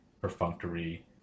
perfunctory